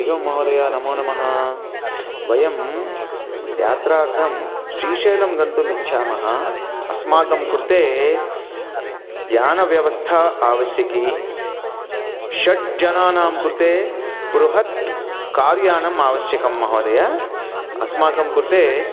हरिः होम् महोदय नमो नमः वयं यात्रार्थं श्रीशैलं गन्तुम् इच्छामः अस्माकं कृते यानव्यवस्था आवश्यकी षड् जनानां कृते बृहत् कार् यानम् आवश्यकं महोदय अस्माकं कृते